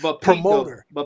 promoter